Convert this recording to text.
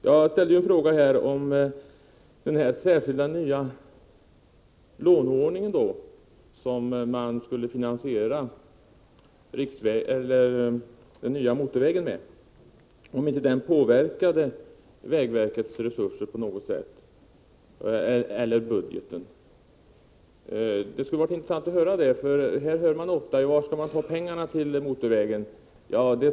Jag ställde en fråga om den särskilda nya låneordningen som man skulle finansiera den nya motorvägen med. Påverkar den inte vägverkets resurser eller budgeten på något sätt? Det skulle vara intressant att höra det. Här frågas ofta: Var skall man ta pengarna till motorvägen?